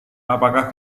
apakah